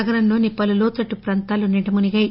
నగరంలోని పలు లోతట్లు ప్రాంతాలు నీటమునిగాయి